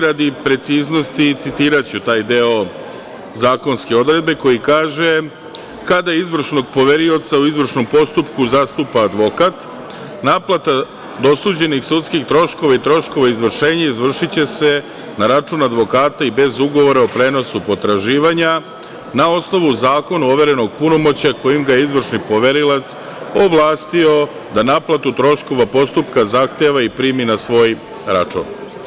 Radi preciznosti citiraću taj deo zakonske odredbe koji kaže – kada izvršnog poverioca u izvršnom postupku zastupa advokat, naplata dosuđenih sudskih troškova i troškova izvršenja izvršiće se na račun advokata i bez ugovora o prenosu potraživanja, na osnovu zakona, overenog punomoćja kojim ga je izvršni poverilac ovlastio da naplatu troškova postupka zahteva i primi na svoj račun.